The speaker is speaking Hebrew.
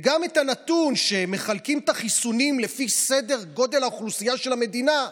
וגם הנתון שמחלקים את החיסונים לפי גודל האוכלוסייה של המדינה,